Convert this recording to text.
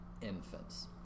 infants